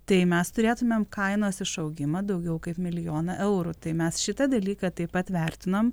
tai mes turėtumėm kainos išaugimą daugiau kaip milijoną eurų tai mes šitą dalyką taip pat vertinom